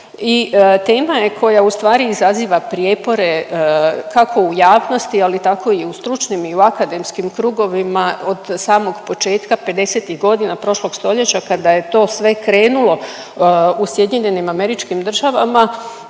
i tema je koja ustvari izaziva prijepore kako u javnosti, ali tako i u stručnim i u akademskim krugovima od samog početka pedesetih godina prošlog stoljeća kada je to sve krenulo u SAD-u, kada je Milton Friedman